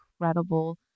incredible